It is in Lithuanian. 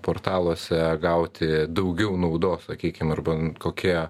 portaluose gauti daugiau naudos sakykim arba kokie